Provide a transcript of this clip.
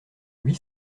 huit